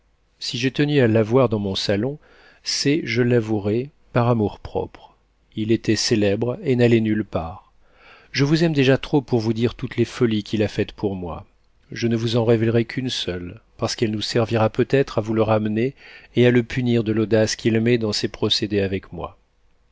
si j'ai tenu à l'avoir dans mon salon c'est je l'avouerai par amour-propre il était célèbre et n'allait nulle part je vous aime déjà trop pour vous dire toutes les folies qu'il a faites pour moi je ne vous en révèlerai qu'une seule parce qu'elle nous servira peut-être à vous le ramener et à le punir de l'audace qu'il met dans ses procédés avec moi